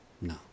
No